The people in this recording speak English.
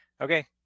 Okay